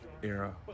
era